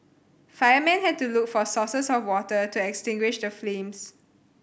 firemen had to look for sources of water to extinguish the flames